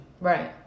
Right